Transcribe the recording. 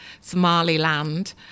Somaliland